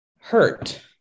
hurt